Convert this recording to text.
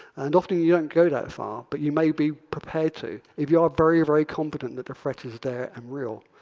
and often you you don't go that far, but you may be prepared to if you are very, very confident that the threat is there and real.